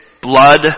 blood